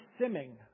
simming